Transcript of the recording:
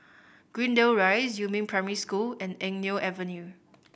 Greendale Rise Yumin Primary School and Eng Neo Avenue